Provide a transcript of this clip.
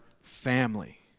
family